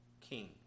king